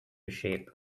shape